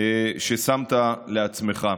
ששמת לעצמך.